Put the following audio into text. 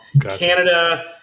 Canada